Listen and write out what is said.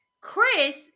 Chris